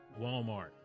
Walmart